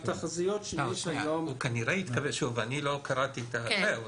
אני לא קראתי את הפרוטוקול אבל הוא,